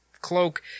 cloak